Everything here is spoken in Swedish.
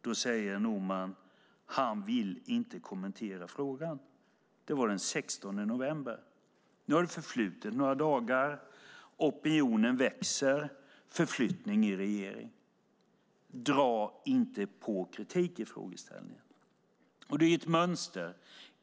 Då sade Norman att han inte ville kommentera frågan. Det var den 16 november. Nu har det förflutit några dagar, opinionen växer, och det blir förflyttning i regeringen. Dra inte på er kritik! är frågeställningen. Det är ett mönster.